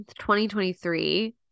2023